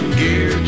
gear